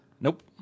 Nope